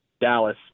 Dallas